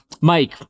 Mike